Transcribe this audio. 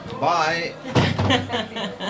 Bye